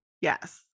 Yes